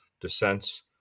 dissents